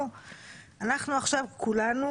אנחנו עכשיו כולנו